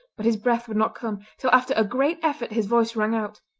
but his breath would not come, till after a great effort his voice rang out.